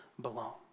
belong